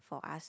for us